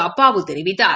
அப்பாவு தெரிவித்தார்